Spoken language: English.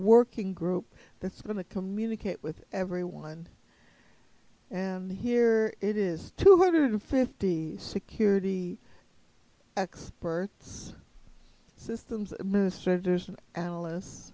working group that's going to communicate with everyone and here it is two hundred fifty security experts systems administrators a